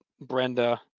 Brenda